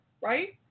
right